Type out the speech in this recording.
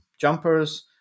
jumpers